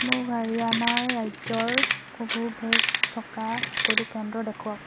মোক হাৰিয়ানা ৰাজ্যৰ কোভোভেক্স থকা সকলো কেন্দ্ৰ দেখুৱাওক